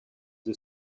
the